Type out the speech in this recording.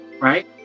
right